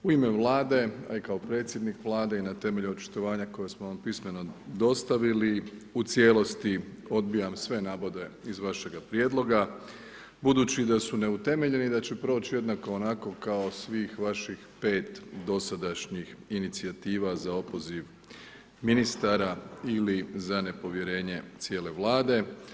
U ime Vlade a i kao predsjednik Vlade na temelju očitovanja koje smo vam pismeno dostavili, u cijelosti odbijam sve navode iz vašega prijedloga budući da su neutemeljene i da će proći jednako onako kao svih vaših 5 dosadašnjih inicijativa za opoziv ministara ili za nepovjerenje cijele Vlade.